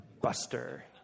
buster